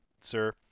sir